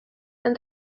and